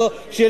נאשמים.